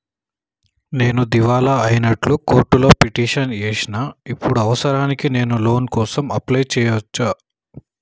నేను దివాలా అయినట్లు కోర్టులో పిటిషన్ ఏశిన ఇప్పుడు అవసరానికి నేను లోన్ కోసం అప్లయ్ చేస్కోవచ్చా?